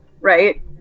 right